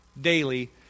daily